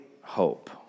hope